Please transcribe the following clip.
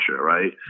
right